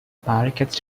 barricades